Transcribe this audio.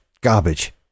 garbage